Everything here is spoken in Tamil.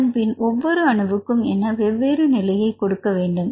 அதன்பின் ஒவ்வொரு அணுவுக்கும் என வெவ்வேறு நிலையை கொடுக்க வேண்டும்